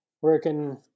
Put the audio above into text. working